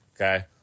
okay